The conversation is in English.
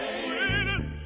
sweetest